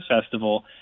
festival